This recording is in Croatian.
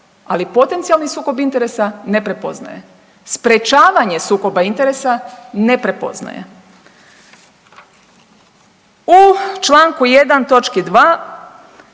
ali potencijalni sukob interesa ne prepoznaje. Sprječavanje sukoba interesa ne prepoznaje. U čl. 1.